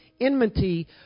enmity